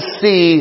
see